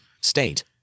state